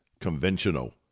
Conventional